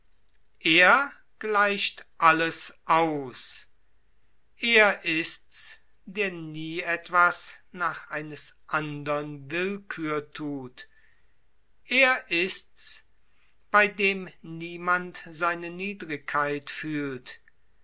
er gleicht alles aus er ist's der nie etwas nach eines andern willkür thut er ist's bei dem niemand seine niedrigkeit fühlt